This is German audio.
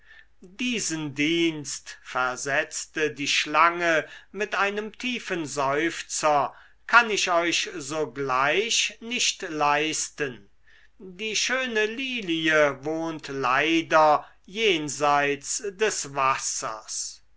diesen dienst versetzte die schlange mit einem tiefen seufzer kann ich euch sogleich nicht leisten die schöne lilie wohnt leider jenseit des wassers